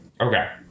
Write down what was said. Okay